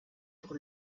pour